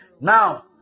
now